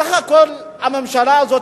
בסך הכול הממשלה הזאת